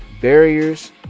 barriers